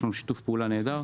ויש בינינו שיתוף פעולה נהדר.